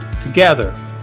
together